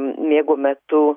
miego metu